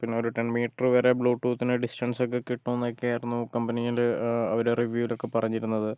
പിന്നെ ഒരു ten metre വരെ ബ്ലൂടൂത്തിനു ഡിസ്റ്റൻസ് ഒക്കെ കിട്ടുംന്നൊക്കെയായിരുന്നു കമ്പനില് അവര് റിവ്യൂലൊക്കെ പറഞ്ഞിരുന്നത്